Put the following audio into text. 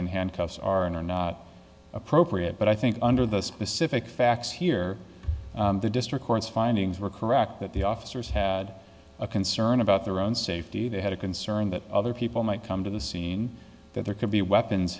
when handcuffs are not appropriate but i think under the specific facts here the district court's findings were correct that the officers had a concern about their own safety they had a concern that other people might come to the scene that there could be weapons